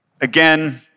Again